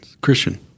Christian